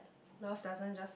love doesn't just